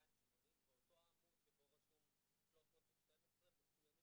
280. באותו עמוד שבו רשום 312 מצוינים